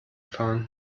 fahren